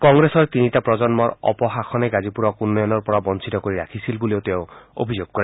কংগ্ৰেছৰ তিনিটা প্ৰজন্মৰ অপশাসনে গাজীপুৰক উন্নয়নৰ পৰা বঞ্চিত কৰি ৰাখিছিল বুলিও তেওঁ অভিযোগ কৰে